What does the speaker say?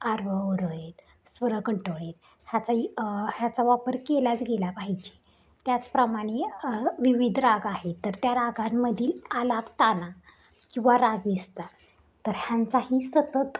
आरोह अवरोह आहेत स्वर कंट्रोल ह्याचा ई ह्याचा वापर केलाच गेला पाहिजे त्याचप्रमाणे विविध राग आहे तर त्या रागांमधील आलाप ताना किंवा राग विस्तार तर ह्यांचाही सतत